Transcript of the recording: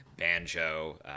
banjo